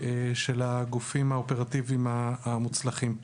של הגופים האופרטיביים המוצלחים פה.